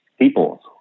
people